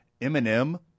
Eminem